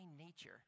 nature